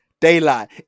Daylight